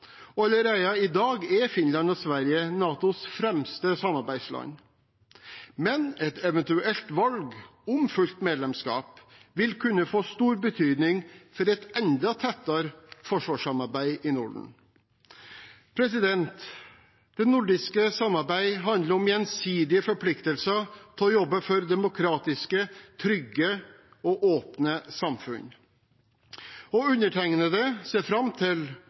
i dag er Finland og Sverige NATOs fremste samarbeidsland, men et eventuelt valg om fullt medlemskap vil kunne få stor betydning for et enda tettere forsvarssamarbeid i Norden. Det nordiske samarbeid handler om gjensidige forpliktelser til å jobbe for demokratiske, trygge og åpne samfunn. Undertegnede ser fram til